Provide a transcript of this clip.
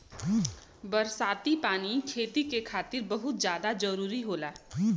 बरसाती पानी खेती के खातिर बहुते जादा जरूरी होला